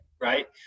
right